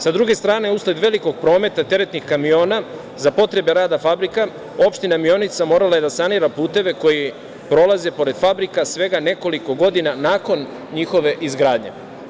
Sa druge strane, usled velikog prometa teretnih kamiona za potrebe rada fabrika opština Mionica morala je da sanira puteve koji prolaze pored fabrika svega nekoliko godina nakon njihove izgradnje.